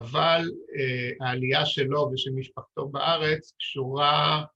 ‫אבל העלייה שלו ושל משפחתו בארץ ‫קשורה...